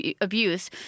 abuse